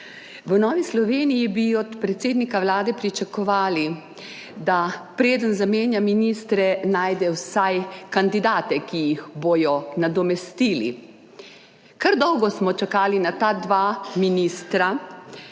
V Novi Sloveniji bi od predsednika Vlade pričakovali, da preden zamenja ministre najde vsaj kandidate, ki jih bodo nadomestili. Kar dolgo smo čakali na ta dva ministra,